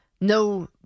no